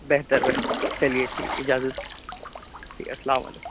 بہتر بہتر چلیے ٹھیک اجازت ٹھیک السّلام علیکم